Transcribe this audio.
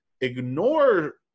ignore